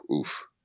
oof